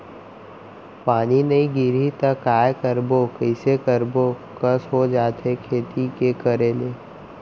पानी नई गिरही त काय करबो, कइसे करबो कस हो जाथे खेती के करे ले